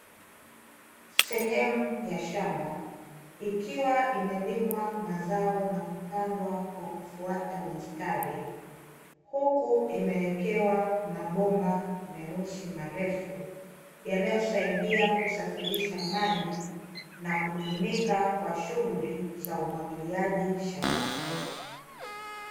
Sehemu ya shamba ikiwa imelimwa mazao na kupandwa kwa kufuata mistari, huku imewekewa mabomba meusi marefu yanayosaidia kusafirisha maji na kutumika kwa shughuli za umwagilioaji shambani humo.